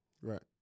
Right